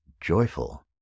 joyful